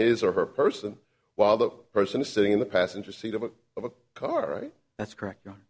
his or her person while the person is sitting in the passenger seat of a of a car right that's correct